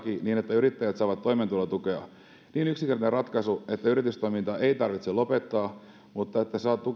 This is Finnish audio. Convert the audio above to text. yrittäjät saavat toimeentulotukea niin yksinkertainen ratkaisu että yritystoimintaa ei tarvitse lopettaa mutta saa tukea välttämättömiin